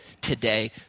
today